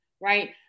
Right